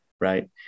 right